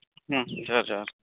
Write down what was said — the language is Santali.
ᱡᱚᱦᱟᱨ ᱡᱚᱦᱟᱨ